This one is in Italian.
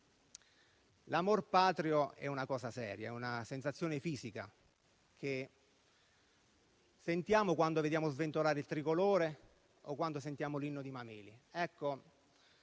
l'amor patrio è una cosa seria, una sensazione fisica che sentiamo quando vediamo sventolare il tricolore o quando sentiamo l'Inno di Mameli.